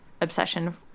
obsession